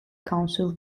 council